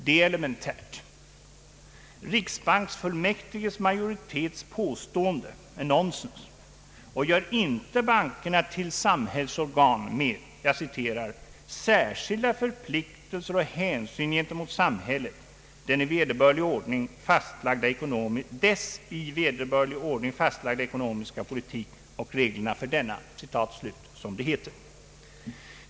Det är elementärt, Riksbanksfullmäktiges majoritets påstående är nonsens och gör inte bankerna till samhällsorgan med ”särskilda förpliktelser och hänsyn gentemot samhället, dess i vederbörlig ordning fastlagda ekonomiska politik och reglerna för denna”.